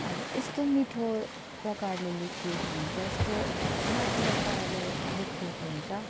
आबो यस्तो मिठो प्रकारले लेखिएको हुन्छ यस्तो न्याचरल पाराले लेखिएको हुन्छ